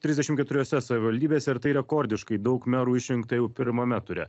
trisdešimt keturiose savivaldybėse ir tai rekordiškai daug merų išrinkta jau pirmame ture